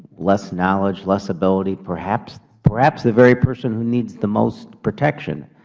less knowledge, less ability perhaps perhaps the very person who needs the most protection?